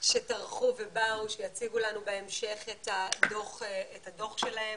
שטרחו ובאו, שיציגו לנו בהמשך את הדוח שלהם.